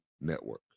Network